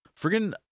friggin